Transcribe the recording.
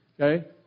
Okay